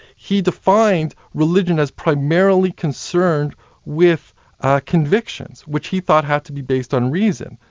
he defined religion as primarily concerned with convictions which he thought had to be based on reason.